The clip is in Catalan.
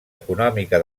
econòmica